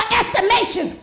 estimation